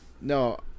No